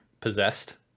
possessed